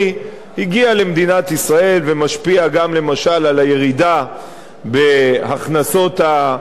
למדינת ישראל ומשפיע גם למשל על הירידה בהכנסות המדינה,